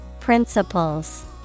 Principles